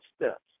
steps